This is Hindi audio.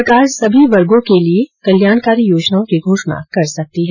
सरकार सभी वर्गों के लिए कल्याणकारी योजनाओं की घोषणा कर सकती है